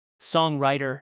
songwriter